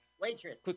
waitress